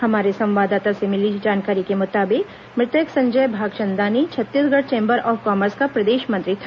हमारे संवाददाता से मिली जानकारी के मुताबिक मृतक Sanjay Bhagchandani Chhattisgarh chamber of commerce का प्रदेश मंत्री था